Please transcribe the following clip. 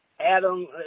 Adam